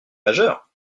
majeure